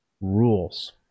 rules